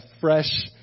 fresh